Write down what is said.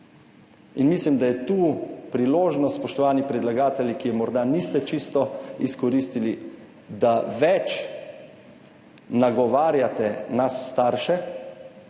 In mislim, da je tu priložnost, spoštovani predlagatelji, ki je morda niste čisto izkoristili, da več nagovarjate nas starše,